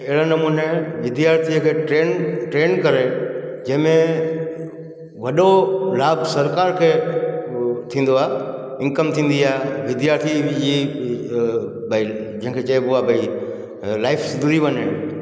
अहिड़े नमूने विद्यार्थीअ खे ट्रेंड ट्रेंड करे जंहिंमें वॾो लाभु सरकार खे थींदो आहे इनकम थींदी आहे विद्यार्थी जी भई जंहिंखें चइबो आहे भई लाइफ सुधरी वञे